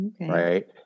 Right